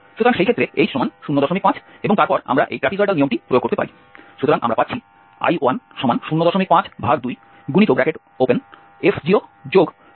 সুতরাং সেই ক্ষেত্রে h05 এবং তারপরে আমরা এই ট্র্যাপিজয়েডাল নিয়মটি প্রয়োগ করতে পারি